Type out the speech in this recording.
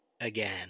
again